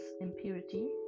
impurity